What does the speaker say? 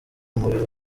umubiri